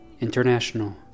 International